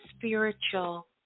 spiritual